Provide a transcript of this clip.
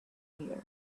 ear